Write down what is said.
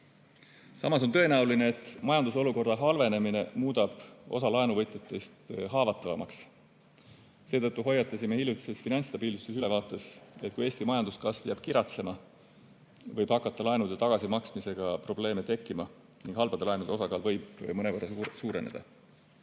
Samas on tõenäoline, et majandusolukorra halvenemine muudab osa laenuvõtjatest haavatavamaks. Seetõttu hoiatasime hiljutises finantsstabiilsuse ülevaates, et kui Eesti majanduskasv jääb kiratsema, võib hakata laenude tagasimaksmisega probleeme tekkima ning halbade laenude osakaal võib mõnevõrra